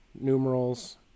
numerals